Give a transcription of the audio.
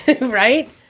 right